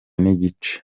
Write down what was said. n’igice